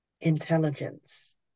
intelligence